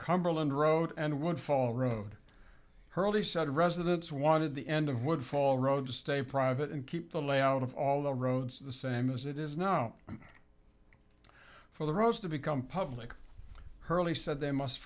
cumberland road and one fall road hurley said residents wanted the end of would fall road to stay private and keep the layout of all the roads the same as it is now for the rose to become public hurley said they must